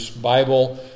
bible